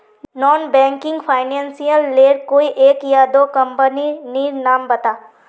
Non banking financial लेर कोई एक या दो कंपनी नीर नाम बता?